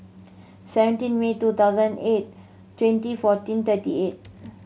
seventeen May two thousand eight twenty fourteen thirty eight